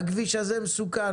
הכביש הזה מסוכן,